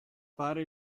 fare